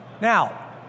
Now